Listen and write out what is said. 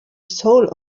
soul